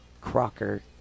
Crocker